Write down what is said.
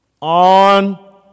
On